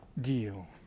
deal